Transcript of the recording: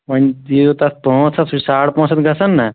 وۅنۍ دِیِو تتھ پأنٛژ ہتھ سُہ چھُ ساڑ پأنٛژ ہَتھ گژھان نا